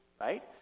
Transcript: right